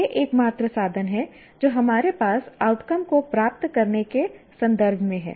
ये एकमात्र साधन हैं जो हमारे पास आउटकम को प्राप्त करने के संदर्भ में हैं